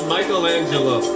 Michelangelo